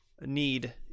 need